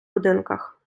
будинках